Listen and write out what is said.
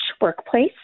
workplace